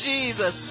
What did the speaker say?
Jesus